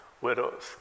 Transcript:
widows